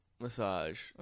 massage